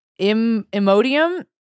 imodium